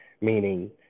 meaning